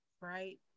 right